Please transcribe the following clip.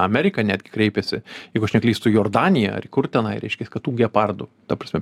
amerika netgi kreipėsi jeigu aš neklystu į jordaniją ar į kur tenai reiškias kad tų gepardų ta prasme